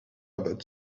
about